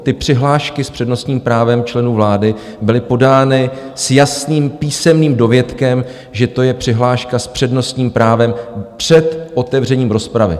Ty přihlášky s přednostním právem členů vlády byly podány s jasným písemným dovětkem, že to je přihláška s přednostním právem před otevřením rozpravy.